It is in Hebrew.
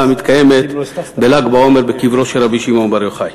המתקיימת בל"ג בעומר בקברו של רבי שמעון בר יוחאי.